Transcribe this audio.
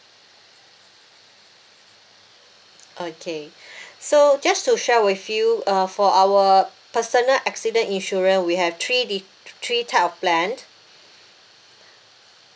okay so just to share with you uh for our personal accident insurer we have three d~ three type of plan